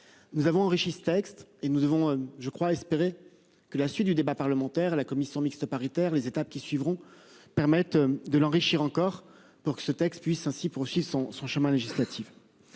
Nous avons enrichi ce texte et nous devons, je crois, espérer que la suite du débat parlementaire, la commission mixte paritaire les étapes qui suivront, permettre de l'enrichir encore pour que ce texte puisse ainsi poursuit son son chemin législatif.